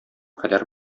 кадәр